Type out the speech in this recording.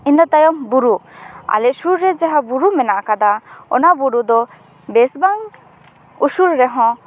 ᱤᱱᱟᱹ ᱛᱟᱭᱚᱢ ᱵᱩᱨᱩ ᱟᱞᱮ ᱥᱩᱨ ᱨᱮ ᱡᱟᱦᱟᱸ ᱵᱩᱨᱩ ᱢᱮᱱᱟᱜ ᱟᱠᱟᱫᱟ ᱚᱱᱟ ᱵᱩᱨᱩ ᱫᱚ ᱵᱮᱥᱵᱟᱝ ᱩᱥᱩᱞ ᱨᱮᱦᱚᱸ